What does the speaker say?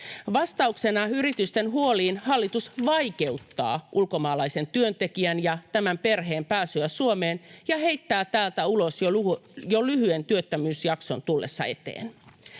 Vastauksena yritysten huoliin hallitus vaikeuttaa ulkomaalaisen työntekijän ja tämän perheen pääsyä Suomeen ja heittää täältä ulos jo lyhyen työttömyysjakson tullessa eteen.